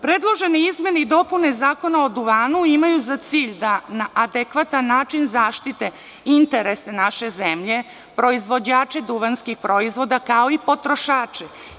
Predložene izmene i dopune Zakona o duvanu imaju za cilj da na adekvatan način zaštite interese naše zemlje, proizvođače duvanskih proizvoda kao i potrošače.